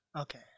Okay